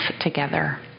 together